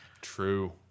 True